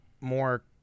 more